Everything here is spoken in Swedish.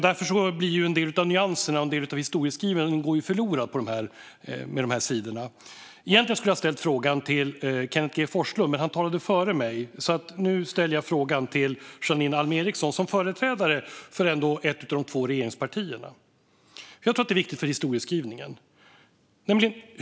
Därför går en del av nyanserna och historieskrivningen förlorad. Egentligen skulle jag ha ställt min fråga till Kenneth G Forslund, men han talade före mig. Därför ställer jag nu frågan till Janine Alm Ericson som företrädare för ett av regeringspartierna. Jag tror att det är viktigt för historieskrivningen.